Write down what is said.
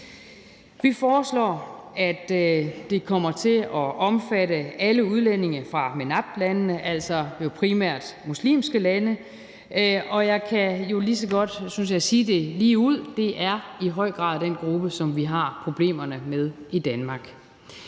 Vi foreslår, at det kommer til at omfatte alle udlændinge fra MENAPT-landene, altså jo primært muslimske lande. Og jeg kan jo lige så godt, synes jeg, sige det ligeud: Det er i høj grad den gruppe, som vi har problemerne med i Danmark.